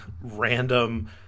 random